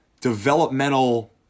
developmental